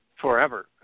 forever